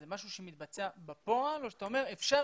זה משהו שמתבצע בפועל או שאתה אומר שאפשר